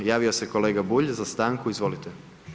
Javio se kolega Bulj za stanku, izvolite.